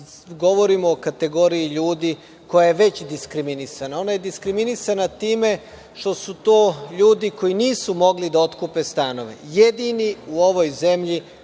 govorimo o kategoriji ljudi koja je već diskriminisana. Ona je diskriminisana time što su to ljudi koji nisu mogli da otkupe stanove, jedini u ovoj zemlji